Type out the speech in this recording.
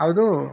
ಯಾವುದು